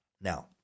Now